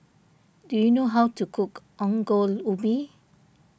do you know how to cook Ongol Ubi